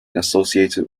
associated